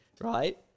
right